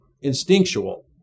instinctual